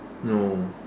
no